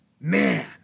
Man